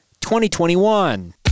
2021